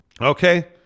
Okay